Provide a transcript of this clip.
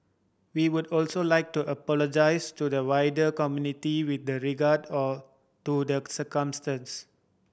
we would also like to apologise to the wider community with the regard a to the circumstance